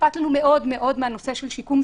אכפת לנו מאוד מאוד מהנושא של השיקום,